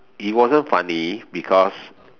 it wasn't funny because